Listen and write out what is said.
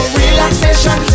relaxation